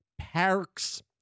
Parks